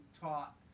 taught